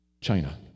China